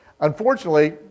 Unfortunately